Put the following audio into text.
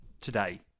today